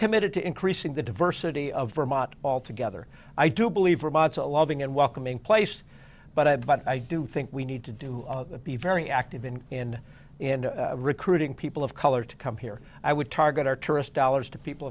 committed to increasing the diversity of vermont altogether i do believe robots a loving and welcoming place but i but i do think we need to do be very active in in in recruiting people of color to come here i would target our tourist dollars to people